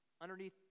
underneath